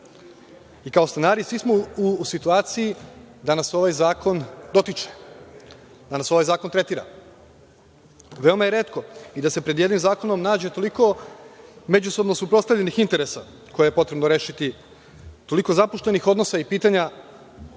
i kao stanari svi smo u situaciji da nas ovaj zakon dotiče, da nas ovaj zakon tretira. Veoma je retko i da se pred jednim zakonom nađe toliko međusobno suprotstavljenih interesa koje je potrebno rešiti, toliko zapuštenih odnosa i pitanja,